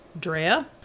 Drea